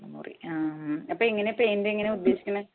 ഒരു മുറി ആ ആ അപ്പോൾ എങ്ങനെയാ പെയിൻറ് എങ്ങനെയാ ഉദ്ദേശിക്കുന്നത്